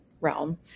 realm